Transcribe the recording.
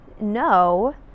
No